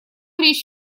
речь